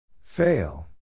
Fail